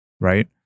Right